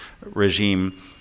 regime